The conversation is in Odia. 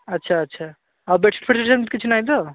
ଆଚ୍ଛା ଆଚ୍ଛା ଆଉ ବେଡ଼୍ସିଟ୍ ଫେଟ୍ସିଟ୍ ସେମିତି କିଛି ନାହିଁ ତ